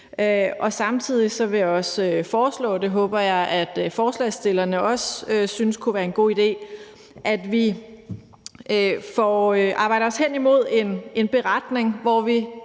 og samtidig vil jeg også foreslå – og det håber jeg at forslagsstillerne også synes kunne være en god idé – at vi arbejder os hen imod en beretning, hvor vi